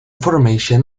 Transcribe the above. formation